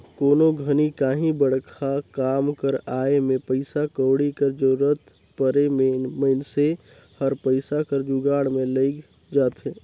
कोनो घनी काहीं बड़खा काम कर आए में पइसा कउड़ी कर जरूरत परे में मइनसे हर पइसा कर जुगाड़ में लइग जाथे